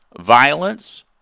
violence